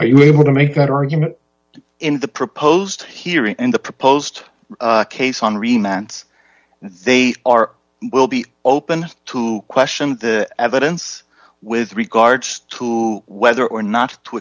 are you able to make that argument in the proposed hearing in the proposed case henri mance they are will be open to question the evidence with regards to whether or not to